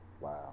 Wow